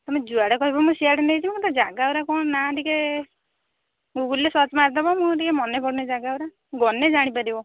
ତୁମେ ଯୁଆଡ଼େ କହିବ ମୁଁ ସିଆଡ଼େ ନେଇଯିବୁ କିନ୍ତୁ ଜାଗା ଗୁଡ଼ା କ'ଣ ନାଁ ଟିକେ ଗୁଗୁଲ୍ରେ ସର୍ଚ୍ଚ ମାରିଦେବ ମୁଁ ଟିକେ ମନେ ପଡ଼ୁନି ଜାଗା ଗୁଡ଼ା ଗଲେ ଜାଣିପାରିବ